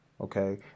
Okay